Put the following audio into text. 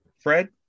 fred